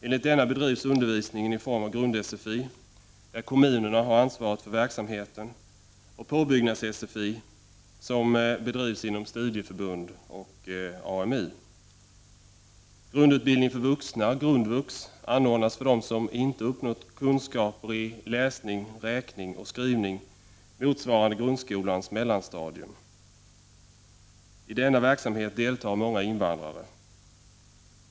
Enligt denna bedrivs undervisningen i form av grund-sfi, där kommunerna har ansvaret för verksamheten, och påbyggnads-sfi, som bedrivs inom studieförbunden och AMU. Grundutbildning för vuxna, grundvux, anordnas för dem som inte uppnått kunskaper i läsning, räkning och skrivning motsvarande grundskolans mellanstadium. I denna verksamhet deltar många invandrare.